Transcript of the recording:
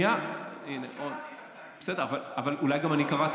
אני קראתי את פסק הדין, בסדר, אולי גם אני קראתי?